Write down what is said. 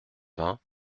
vingt